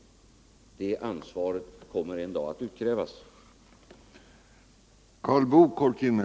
Det ansvaret kommer en dag att utkrävas av er.